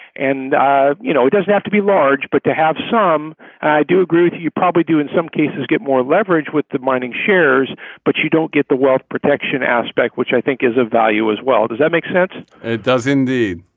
and you know it doesn't have to be large but to have some i do agree with you you probably do in some cases get more leverage with the mining shares but you don't get the wealth protection aspect which i think is a value as well. does that make sense it does indeed.